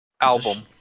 album